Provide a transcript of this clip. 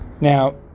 Now